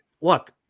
look